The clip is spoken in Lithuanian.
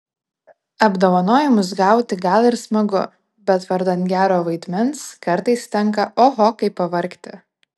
apdovanojimus gauti gal ir smagu bet vardan gero vaidmens kartais tenka oho kaip pavargti